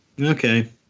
Okay